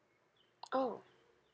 oh